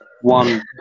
One